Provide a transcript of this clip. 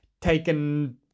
taken